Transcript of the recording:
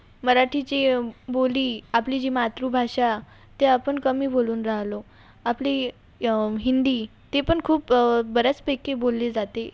मराठीची बोली आपली जी मातृभाषा ते आपण कमी बोलून राहिलो आपली हिंदी ते पण खूप बऱ्याचपैकी बोलली जाते